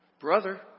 Brother